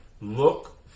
look